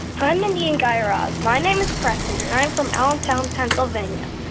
hi, mindy and guy raz. my name is preston. and and i'm from allentown, kind of and yeah